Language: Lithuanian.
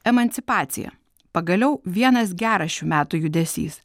emancipacija pagaliau vienas geras šių metų judesys